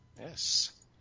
Yes